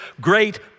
great